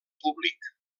públic